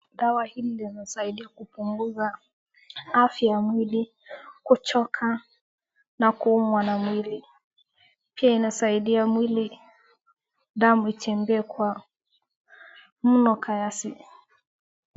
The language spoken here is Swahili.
Dawa hii inasaidia kupunguza afya ya mwili, kuchoka na kuumwa na mwili. Hii inasaidia mwili, damu itembee kwa mno kasi.